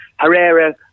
Herrera